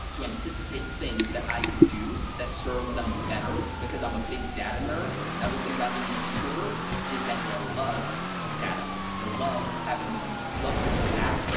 to anticipate things that i could do that serve them better, because i'm a big data nerd. another thing about being an introvert is that you love data. you love having to do, you love doing that?